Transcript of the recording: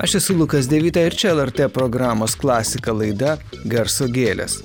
aš esu lukas devita ir čia lrt programos klasika laida garso gėlės